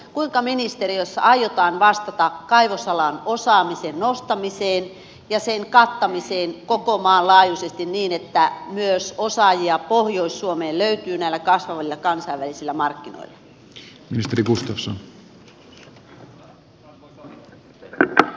kuinka ministeriössä aiotaan vastata kaivosalan osaamisen nostamiseen ja sen kattamiseen koko maan laajuisesti niin että myös osaajia pohjois suomeen löytyy näillä kasvavilla kansainvälisillä markkinoilla